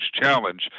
challenge